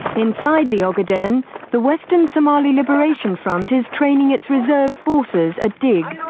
inside the ogaden the western somali liberation front is training its reserve forces at dig.